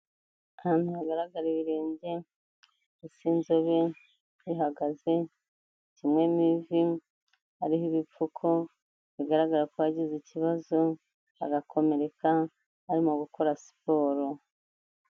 Ahantu hagaragara ibirenge bisa inzobe bihagaze, kimwe mu ivi ariho ibipfuko bigaragara ko yagize ikibazo agakomereka arimo gukora siporo.